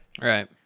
Right